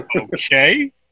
Okay